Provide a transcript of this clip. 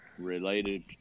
Related